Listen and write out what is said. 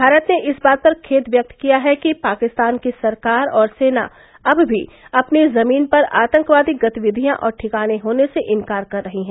भारत ने इस बात पर खेद व्यक्त किया है कि पाकिस्तान की सरकार और सेना अब भी अपनी जमीन पर आतंकवादी गतिविधियां और ठिकाने होने से इन्कार कर रही है